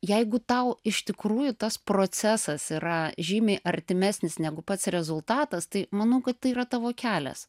jeigu tau iš tikrųjų tas procesas yra žymiai artimesnis negu pats rezultatas tai manau kad tai yra tavo kelias